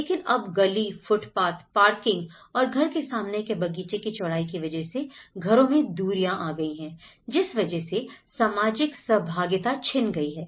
लेकिन अब गली फुटपाथपार्किंग और घर के सामने के बगीचे की चौड़ाई की वजह से घरों में दूरियां आ गई हैं जिस वजह से सामाजिक सहभागिता छिन गई है